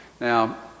Now